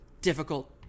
difficult